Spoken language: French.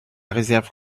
réserve